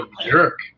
jerk